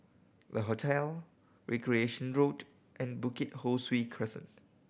Le Hotel Recreation Road and Bukit Ho Swee Crescent